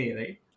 right